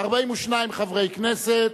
42 חברי כנסת,